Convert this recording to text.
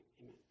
Amen